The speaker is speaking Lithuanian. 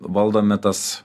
valdomi tas